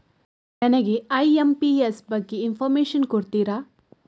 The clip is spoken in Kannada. ನನಗೆ ಐ.ಎಂ.ಪಿ.ಎಸ್ ಬಗ್ಗೆ ಇನ್ಫೋರ್ಮೇಷನ್ ಕೊಡುತ್ತೀರಾ?